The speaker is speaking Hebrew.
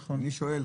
אני שואל,